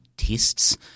Tests